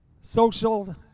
social